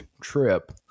trip